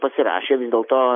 pasirašė vis dėlto